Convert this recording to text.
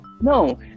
No